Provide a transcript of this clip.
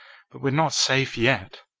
but we're not safe yet.